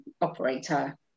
operator